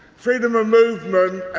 freedom of movement,